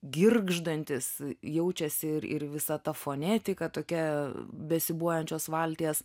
girgždantis jaučiasi ir ir visą ta fonetika tokia besiūbuojančios valties